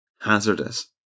hazardous